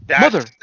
Mother